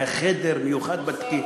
היה חדר מיוחד בתקינה.